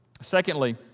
Secondly